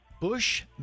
Bush